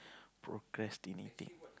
procrastinating